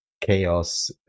chaos